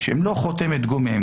שהם לא חותמת גומי.